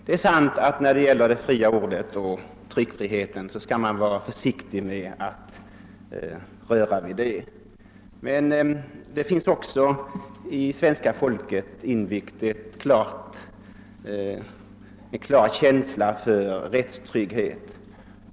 Det är sant att man skall vara mycket försiktig med att röra vid det fria ordet och tryckfriheten. Men det finns också hos svenska folket en klar känsla för rättstrygghet.